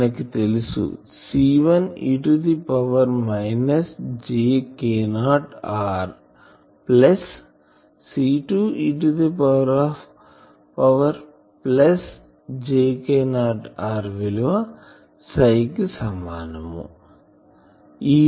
మనకు తెలుసు C1 e power minus jkor plus C2 e power ప్లస్jkor విలువ Ψ కు సమానం Ψ C1e jkor C2ejkor